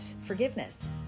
forgiveness